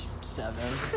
seven